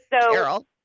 Carol